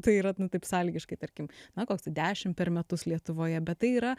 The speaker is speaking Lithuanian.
tai yra nu taip sąlygiškai tarkim na koks dešimt per metus lietuvoje bet tai yra